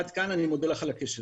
עד כאן, אני מודה לך על הקשב.